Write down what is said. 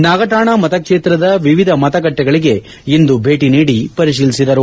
ನಾಗತಾಣಾ ಮತಕ್ಷೇತ್ರದ ವಿವಿಧ ಮತಗಟ್ಟೆಗಳಿಗೆ ಇಂದು ಭೇಟಿ ನೀಡಿ ಪರಿತೀಲಿಸಿದರು